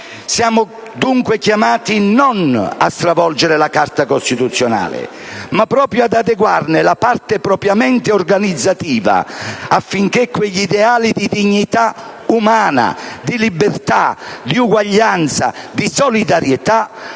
Siamo dunque chiamati non a stravolgere la Carta costituzionale, ma proprio ad adeguarne la parte propriamente organizzativa, affinché quegli ideali di dignità umana, di libertà, di eguaglianza, di solidarietà